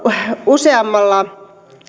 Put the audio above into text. useammilla